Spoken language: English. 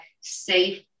safe